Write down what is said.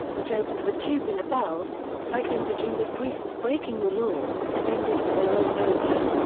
which opened with tubular bells, segued into judas priest's breaking the law, and ended with their own nowhere.